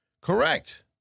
Correct